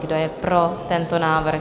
Kdo je pro tento návrh?